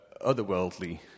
otherworldly